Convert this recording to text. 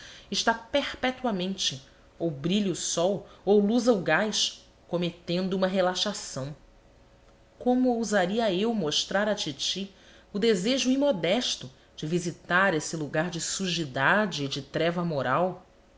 está perpetuamente ou brilhe o sol ou luza o gás cometendo uma relaxação como ousaria eu mostrar à titi o desejo imodesto de visitar esse lugar de sujidade e de treva moral